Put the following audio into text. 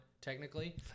technically